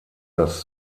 das